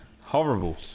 Horrible